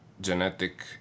Genetic